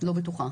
לא בטוחה.